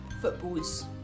footballs